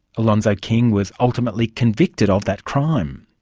alonzo king was ultimately convicted of that crime.